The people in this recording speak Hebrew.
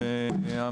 בוקר טוב לכולם,